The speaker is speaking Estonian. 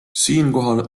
siinkohal